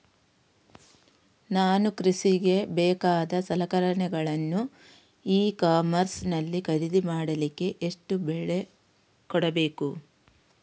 ನಾನು ಕೃಷಿಗೆ ಬೇಕಾದ ಸಲಕರಣೆಗಳನ್ನು ಇ ಕಾಮರ್ಸ್ ನಲ್ಲಿ ಖರೀದಿ ಮಾಡಲಿಕ್ಕೆ ಎಷ್ಟು ಬೆಲೆ ಕೊಡಬೇಕು?